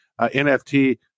nft